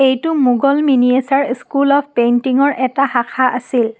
এইটো Mughal miniature school of painting ৰ এটা শাখা আছিল